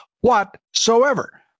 whatsoever